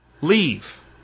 Leave